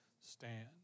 Stand